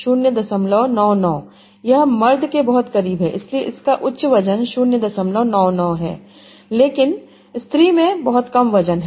099 यह मर्द के बहुत करीब है इसलिए इसका उच्च वजन 099 है लेकिन स्त्री में बहुत कम वजन है